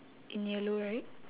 in yellow right